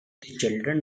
children